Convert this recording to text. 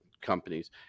companies